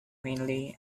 mainly